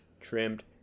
trimmed